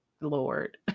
Lord